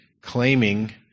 claiming